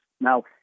Now